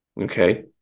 Okay